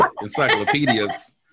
encyclopedias